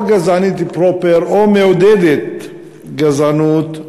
או גזענית פרופר או מעודדת גזענות,